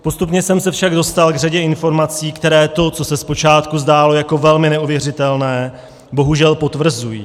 Postupně jsem se však dostal k řadě informací, které to, co se zpočátku zdálo jako velmi neuvěřitelné, bohužel potvrzují.